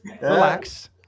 relax